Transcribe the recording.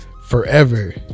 forever